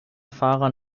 fahrer